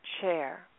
chair